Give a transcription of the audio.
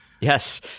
Yes